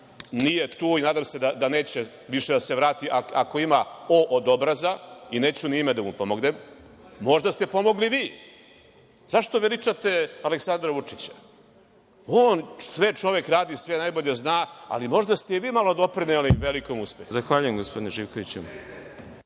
nije tu i nadam se da neće više da se vrati, ako ima po od obraza, i neću ni ime da mu pomenem. Možda ste pomogli vi.Zašto veličate Aleksandra Vučića? On sve čovek radi, sve najbolje zna, ali možda ste i vi malo doprineli velikom uspehu. **Đorđe Milićević**